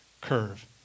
curve